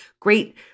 great